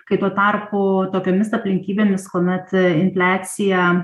kai tuo tarpu tokiomis aplinkybėmis kuomet infliacija